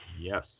Yes